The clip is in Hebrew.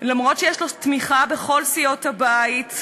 אף שיש לו תמיכה בכל סיעות הבית,